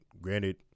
granted